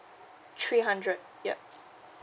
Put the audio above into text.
three hundred yup